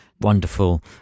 wonderful